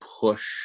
push